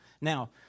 Now